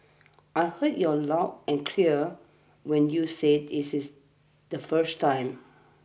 I heard you aloud and clear when you said this is the first time